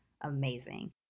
amazing